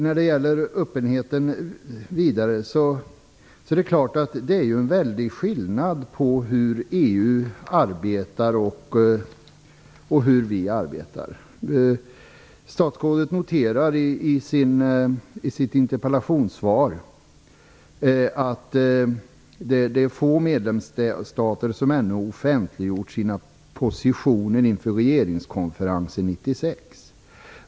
När det gäller öppenheten är det klart att det är en väldig skillnad på hur EU arbetar och hur vi arbetar. Statsrådet noterar i sitt interpellationssvar att få medlemsstater ännu offentliggjort sina positioner inför regeringskonferensen 1996.